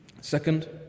Second